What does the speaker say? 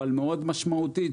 אבל מאוד משמעותית,